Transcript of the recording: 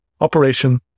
operation